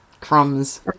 Crumbs